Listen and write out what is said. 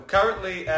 Currently